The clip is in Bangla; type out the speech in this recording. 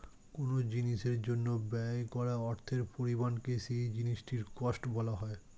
কোন জিনিসের জন্য ব্যয় করা অর্থের পরিমাণকে সেই জিনিসটির কস্ট বলা হয়